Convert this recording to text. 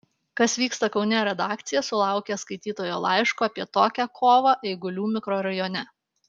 kas vyksta kaune redakcija sulaukė skaitytojo laiško apie tokią kovą eigulių mikrorajone